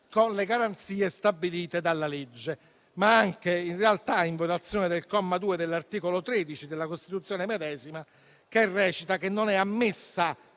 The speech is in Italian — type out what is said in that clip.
con le garanzie stabilite dalla legge; ma anche in realtà, in violazione del comma 2 dell'articolo 13 della Costituzione medesima, che recita che non è ammessa